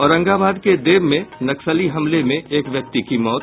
औरंगाबाद के देव में नक्सली हमले में एक व्यक्ति की मौत